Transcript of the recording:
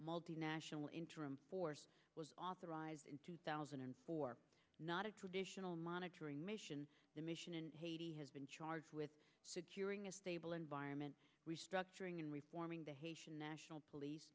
multinational interim force was authorized in two thousand and four not a traditional monitoring mission the mission in haiti has been charged with securing a stable environment restructuring and reforming the haitian national police